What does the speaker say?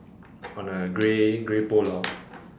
on a grey grey pole of